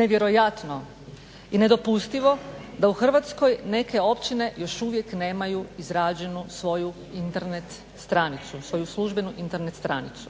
nevjerojatno i nedopustivo da u Hrvatskoj neke općine još uvijek nemaju izrađenu svoju Internet stranicu, svoju službenu Internet stranicu,